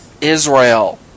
Israel